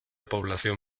población